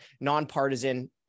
nonpartisan